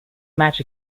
match